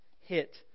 hit